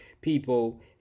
people